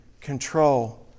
control